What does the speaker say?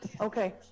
okay